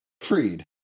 freed